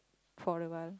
for awhile